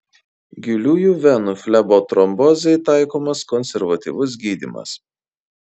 giliųjų venų flebotrombozei taikomas konservatyvus gydymas